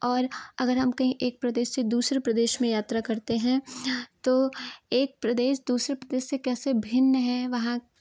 और अगर हम कहीं एक प्रदेश से दूसरे प्रदेश में यात्रा करते हैं तो एक प्रदेश दूसरे प्रदेश से कैसे भिन्न है वहाँ